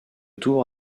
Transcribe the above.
tour